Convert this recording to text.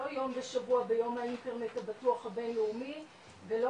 לא יום בשבוע ביום האינטרנט הבטוח הבינלאומי ולא